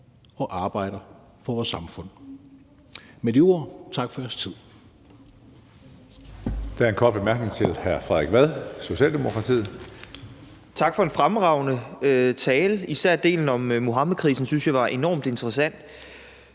og arbejder for vores samfund. Med de ord vil jeg sige tak for jeres tid.